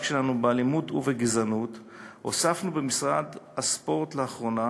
שלנו באלימות ובגזענות הוספנו במשרד הספורט לאחרונה